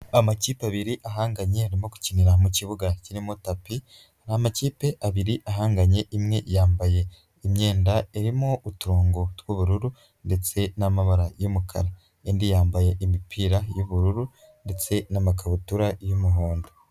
Amakipe abiri ahanganye arimo gukinira mu kibuga kirimo tapi, ni amakipe abiri ahanganye, imwe yambaye imyenda irimo utungo tw'ubururu ndetse n'amabara y'umukara, indi yambaye imipira y'ubururu ndetse n'makabutura y'umuhondo.